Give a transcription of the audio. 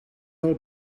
del